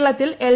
കേരളത്തിൽ എൽ